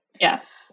Yes